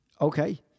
Okay